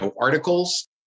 articles